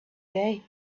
day